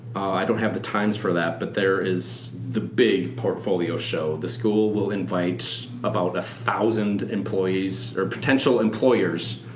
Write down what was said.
i don't have the times for that but there is the big portfolio show. the school will invite about one thousand employers, or potential employers,